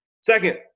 Second